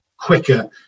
quicker